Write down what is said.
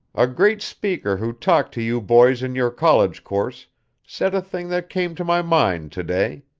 a great speaker who talked to you boys in your college course said a thing that came to my mind to-day.